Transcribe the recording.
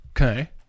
Okay